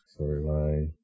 storyline